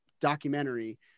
documentary